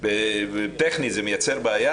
וטכנית בעיה?